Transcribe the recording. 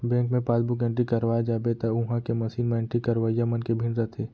bank मे passbook entry करवाए जाबे त उहॉं के मसीन म एंट्री करवइया मन के भीड़ रथे